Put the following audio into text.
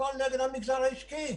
הכול נגד המגזר העסקי.